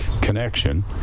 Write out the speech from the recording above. connection